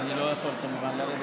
אז אני לא יכול כמובן לרדת,